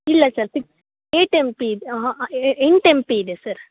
ಇಲ್ಲ sir six eight M P ಇದೆ ಎಂಟು ಎಮ್ ಪಿ ಇದೆ ಸರ್